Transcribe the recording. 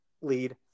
lead